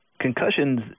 Concussions